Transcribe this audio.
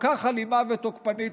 הכל-כך אלימה ותוקפנית,